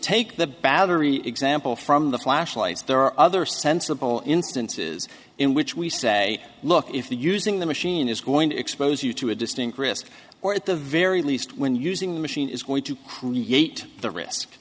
take the battery example from the flashlights there are other sensible instances in which we say look if the using the machine is going to expose you to a distinct risk or at the very least when using the machine is going to create the risk